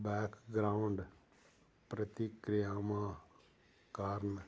background ਪ੍ਰਤੀਕਿਰਿਆਵਾਂ ਕਾਰਨ